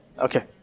Okay